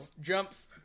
Jumps